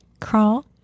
Crawl